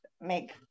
make